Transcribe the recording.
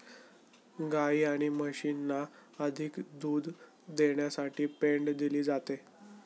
गायी आणि म्हशींना अधिक दूध देण्यासाठी पेंड दिली जाते